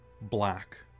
black